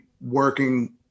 working